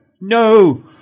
no